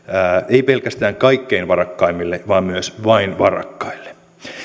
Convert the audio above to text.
ei pelkästään kaikkein varakkaimmille vaan myös vain varakkaille